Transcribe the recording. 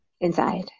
Inside